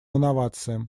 инновациям